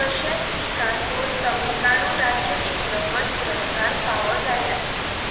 तशेंच तिका दोन तमिळनाडू राज्य चित्रपट पुरस्कार फावो जाल्यात